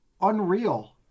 unreal